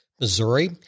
Missouri